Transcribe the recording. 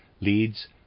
leads